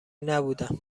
نبودم